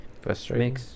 Frustrating